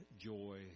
joy